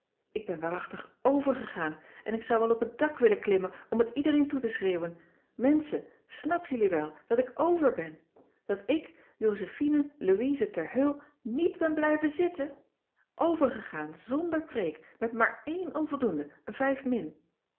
ik ben waarachtig overgegaan en ik zou wel op het dak willen klimmen om het iedereen toe te schreeuwen menschen snap jullie het wel dat ik over ben dat ik josephine louise ter heul niet ben blijven zitten overgegaan zonder preek met maar eén onvoldoende een vijf min